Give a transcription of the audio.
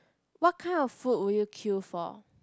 what kind of food would you queue for